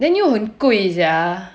then 又很贵 sia